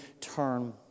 turn